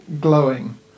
Glowing